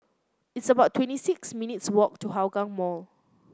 it's about twenty six minutes' walk to Hougang Mall